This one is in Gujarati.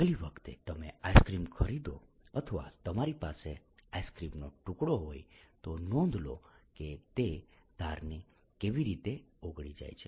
આગલી વખતે તમે આઇસક્રીમ ખરીદો અથવા તમારી પાસે આઇસક્રીમનો ટુકડો હોય તો નોંધ લો કે તે ધારથી કેવી રીતે ઓગળી જાય છે